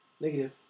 Negative